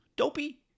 Dopey